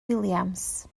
williams